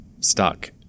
stuck